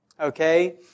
okay